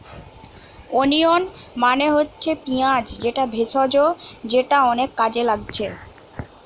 onion মানে হচ্ছে পিঁয়াজ যেটা ভেষজ যেটা অনেক কাজে লাগছে